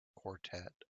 quartet